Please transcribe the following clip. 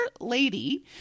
lady